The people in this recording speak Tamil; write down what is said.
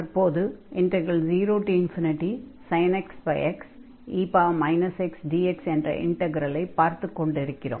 தற்போது 0sin x xe x dx என்ற இன்டக்ரலை பார்த்துக் கொண்டிருக்கிறோம்